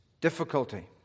difficulty